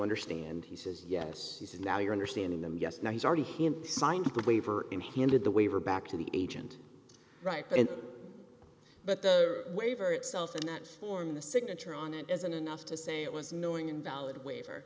understand he says yes he says now you're understanding them yes now he's already him signed waiver in handed the waiver back to the agent right but the waiver itself in that form the signature on it isn't enough to say it was knowing invalid waiver